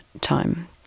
time